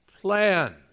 plan